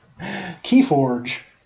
Keyforge